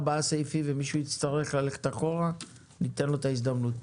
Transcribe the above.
ארבעה סעיפים ומישהו יצטרך ללכת אחורה ניתן לו את ההזדמנות.